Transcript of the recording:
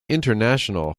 international